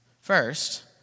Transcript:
First